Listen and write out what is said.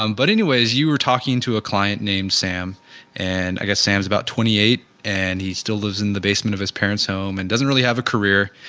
um but anyways you were talking to a client named sam and i guess, sam is about twenty eight, and he still lives in the basement of his parent home, and doesn't really have a career,